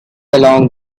along